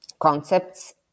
concepts